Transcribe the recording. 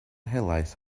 helaeth